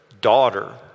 Daughter